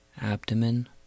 Abdomen